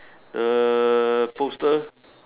err poster